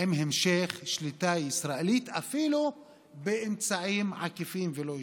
עם המשך שליטה ישראלית אפילו באמצעים עקיפים ולא ישירים.